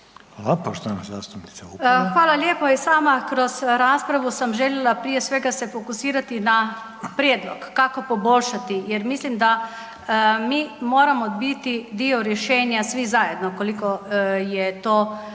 Vupora, Barbara (SDP)** Hvala lijepa. I sama kroz raspravu sam željela prije svega se fokusirati na prijedlog, kako poboljšati jer mislim da mi moramo biti dio rješenja svi zajedno, koliko je to